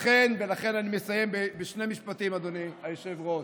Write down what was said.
לכן, אני מסיים בשני משפטים, אדוני היושב-ראש.